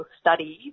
studies